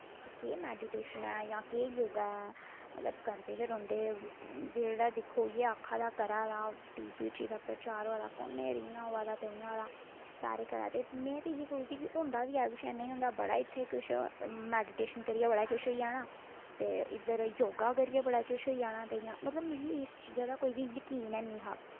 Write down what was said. केह् मैडिटेशन ऐ जां केह् योग ऐ मतलब करदे गै रौंह्दे जेह्ड़ा दिक्खो करा दा टीवी पर प्रचार होआ दा फोने पर इ'यां होआ दा ते उआं होआ दा सारा इ'यै करा दे ते में सोचदी ही होंदा बी ऐ जां नेईं होंदा बड़ा इत्थै किश मैडिटेशन करियै बड़ा किश होई जाना ते इद्धर योग करियै बड़ा किश होई जाना ते इ'यां मतलब मिगी इस चीजा दा कोई बी जकीन हैनी हा